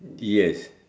yes